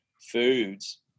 foods